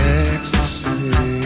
ecstasy